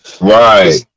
Right